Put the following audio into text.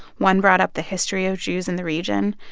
one brought up the history of jews in the region.